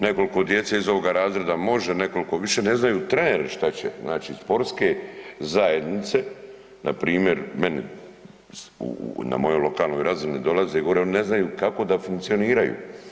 Nekoliko djece iz ovoga razreda može, nekoliko više ne znaju treneri što će, znači sportske zajednice, npr. meni u, na mojoj lokalnoj razini dolaze gore, oni ne znaju kako da funkcioniraju.